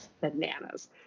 bananas